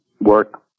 work